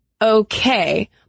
Okay